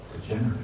degenerate